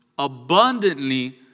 abundantly